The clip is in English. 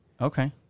Okay